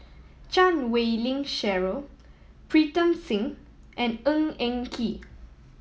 Chan Wei Ling Cheryl Pritam Singh and Ng Eng Kee